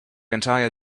entire